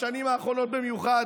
בשנים האחרונות במיוחד,